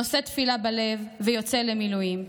/ נושא תפילה בלב ויוצא למילואים.